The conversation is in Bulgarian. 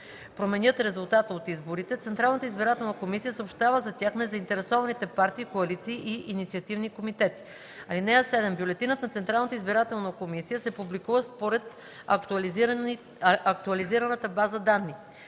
променят резултата от изборите, Централната избирателна комисия съобщава за тях на заинтересованите партии, коалиции и инициативни комитети. (7) Бюлетинът на Централната избирателна комисия се публикува според актуализираната база данни.